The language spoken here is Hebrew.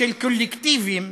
של קולקטיבים